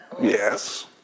Yes